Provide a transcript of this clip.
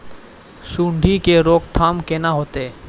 सुंडी के रोकथाम केना होतै?